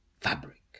fabric